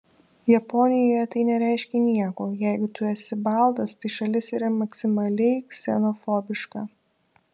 japonijoje tai nereiškia nieko jeigu tu esi baltas tai šalis yra maksimaliai ksenofobiška